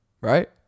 right